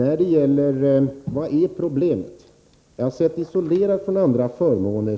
Herr talman! Vad är problemet? Sett isolerat från andra förmåner